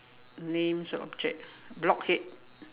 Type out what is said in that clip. names objects blockhead